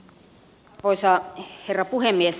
arvoisa herra puhemies